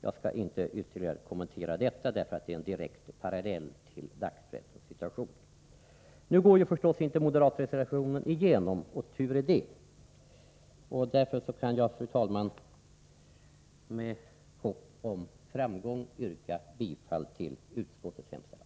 Jag skall inte ytterligare kommentera detta — det är en direkt parallell till dagspressens situation. Nu går förstås inte moderatreservationen igenom, och tur är det. Därför kan jag, fru talman, med hopp om framgång yrka bifall till utskottets hemställan.